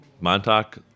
Montauk